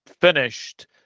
finished